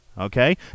Okay